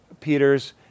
Peters